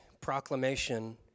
proclamation